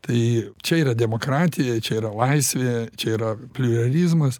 tai čia yra demokratija čia yra laisvė čia yra pliuralizmas